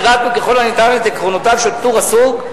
פירטנו ככל הניתן את עקרונותיו של פטור הסוג,